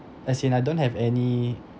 as in I don't have any